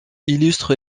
illustre